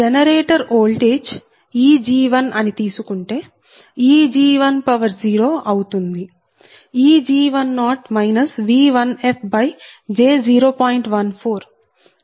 generator voltage Eg1 అని తీసుకుంటే Eg1 0అవుతుంది